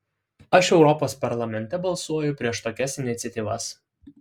aš europos parlamente balsuoju prieš tokias iniciatyvas